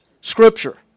Scripture